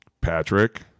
Patrick